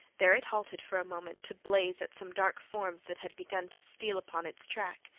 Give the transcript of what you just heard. there it halted for a moment to blaze at some dark forms that had begun to steal upon its track.